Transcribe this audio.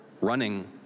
running